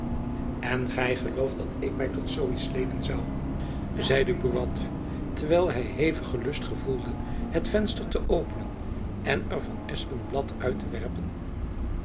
en gy gelooft dat ik my tot zoo iets leenen zoû zeide buat terwijl hy hevigen lust gevoelde het venster te openen en er van espenblad uit te werpen